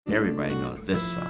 everybody knows this